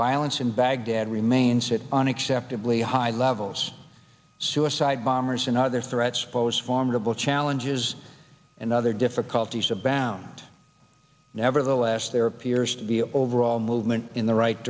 violence in baghdad remains it unacceptably high levels of suicide bombers and other threats posed formidable challenges and other difficulties abound nevertheless there appears to be overall movement in the right